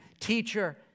teacher